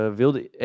wilde